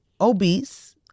obese